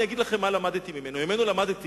אני אגיד לכם מה למדתי ממנו: ממנו למדתי